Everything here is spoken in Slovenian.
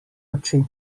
oči